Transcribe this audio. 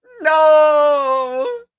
No